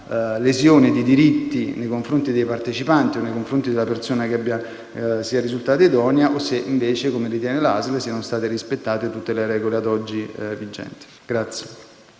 lesioni di diritti nei confronti dei partecipanti o della persona che sia risultata idonea o se, invece, come ritiene la ASL, siano state rispettate tutte le regole ad oggi vigenti. [DI